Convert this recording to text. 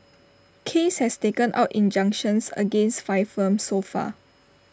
case has taken out injunctions against five firms so far